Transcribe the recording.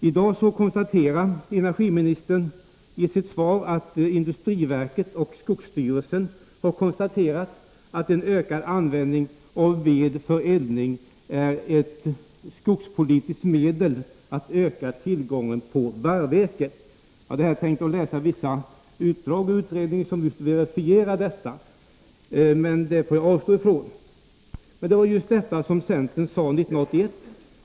I dag säger energiministern i sitt svar att industriverket och skogsstyrelsen har konstaterat ”att en ökad användning av ved för eldning är ett skogspolitiskt medel att öka tillgången av barrvirke”. — Jag hade här tänkt återge vissa utdrag ur utredningen som verifierar just detta, men jag får avstå från det. Det var just detta centern sade 1981.